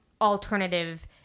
alternative